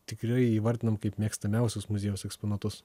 tikrai įvardinam kaip mėgstamiausius muziejaus eksponatus